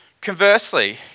Conversely